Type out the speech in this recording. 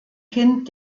kind